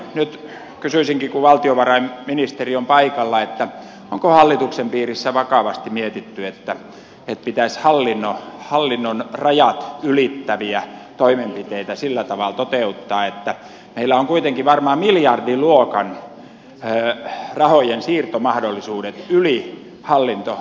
nyt kysyisinkin kun valtiovarainministeri on paikalla onko hallituksen piirissä vakavasti mietitty että pitäisi hallinnon rajat ylittäviä toimenpiteitä sillä tavalla toteuttaa että meillä on kuitenkin varmaan miljrdiluokan rahojensiirtomahdollisuudet yli ministeriöitten hallintorajojen